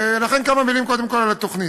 לכן קודם כול כמה מילים על התוכנית.